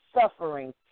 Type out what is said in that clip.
suffering